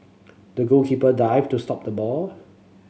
the goalkeeper dived to stop the ball